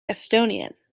estonian